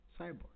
cyborg